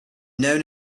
known